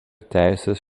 teisės